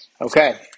Okay